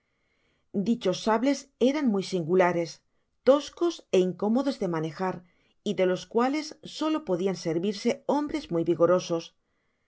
dichos sables eran muy singulares tos eos é incómodos de manejar y de los cuales solo podian servirse hombres muy vigorosos